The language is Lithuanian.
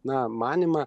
na manymą